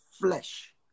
flesh